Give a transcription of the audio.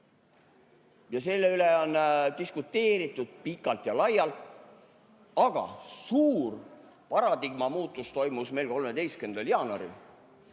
ja selle üle on diskuteeritud pikalt ja laialt, aga suur paradigma muutus toimus meil 13. jaanuaril,